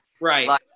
Right